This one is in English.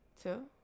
Two